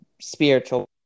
spiritual